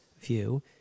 view